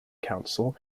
council